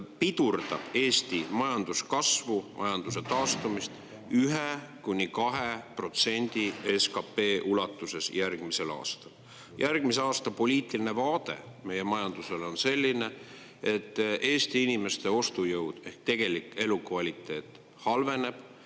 pidurdab Eesti majanduskasvu, majanduse taastumist ühe kuni kahe protsendi SKP ulatuses järgmisel aastal. Järgmise aasta poliitiline vaade meie majandusele on selline, et Eesti inimeste ostujõud ehk tegelik elukvaliteet halveneb,